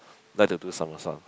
like to do somersault